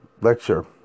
lecture